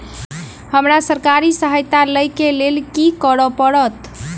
हमरा सरकारी सहायता लई केँ लेल की करऽ पड़त?